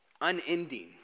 unending